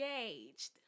engaged